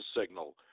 signal